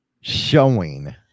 Showing